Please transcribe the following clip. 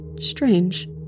strange